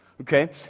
Okay